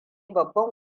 babban